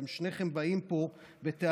אתם שניכם באים פה בטענות,